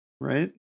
right